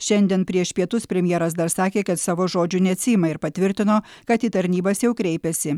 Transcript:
šiandien prieš pietus premjeras dar sakė kad savo žodžių neatsiima ir patvirtino kad į tarnybas jau kreipėsi